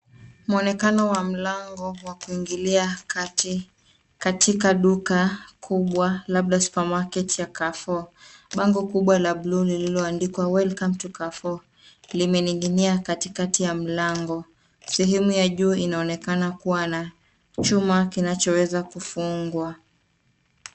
Mwonekano wa mlango wa kuingilia kati katika duka kubwa labda supermarket ya Carrefour. Bango kubwa la bluu lililoandikwa welcome to carrefour limening'inia katikati ya mlango. Sehemu ya juu inaonekana kuwa na chuma kinachoweza kufungwa.